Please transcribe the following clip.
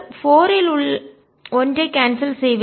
c4 ல் ஒன்றை cancel செய்வேன்